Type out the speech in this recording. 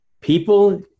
People